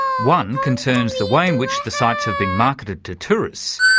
one concerns the way in which the sites have been marketed to tourists,